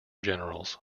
generals